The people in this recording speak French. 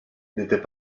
n’était